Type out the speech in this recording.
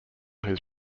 his